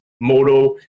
moto